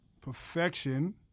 perfection